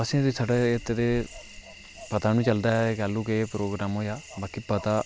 असें ते साढ़ा एत्त ते पता बी नी चलदा ऐ कैलूं केह् प्रोगराम होया बाकी पता